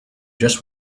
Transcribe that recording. just